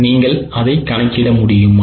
நீங்கள் அதை கணக்கிட முடியுமா